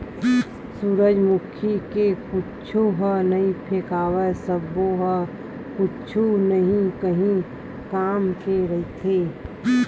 सूरजमुखी के कुछु ह नइ फेकावय सब्बो ह कुछु न काही काम के रहिथे